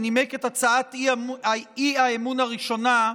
שנימק את הצעת האי-אמון הראשונה,